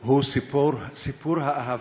שרה, אבל בסופו של דבר